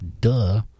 duh